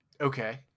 Okay